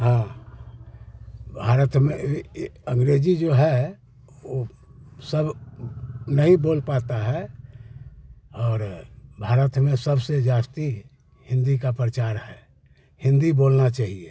हाँ भारत में अंग्रेज़ी जो है वो सब नहीं बोल पाते हैं और भारत में सब से जास्ती हिंदी का प्रचार है हिंदी बोलना चाहिए